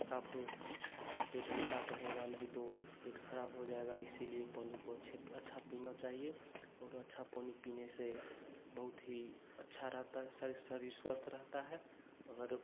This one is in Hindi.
साफ़ आपका पेट भी साफ़ रहेगा नहीं तो पेट ख़राब हो जाएगा इसीलिए पानी को अच्छे अच्छा पीना चाहिए और अच्छा पानी पीने से बहुत ही अच्छा रहता है सब शरीर स्वस्थ रहता है अगर